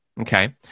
okay